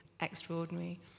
extraordinary